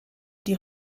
die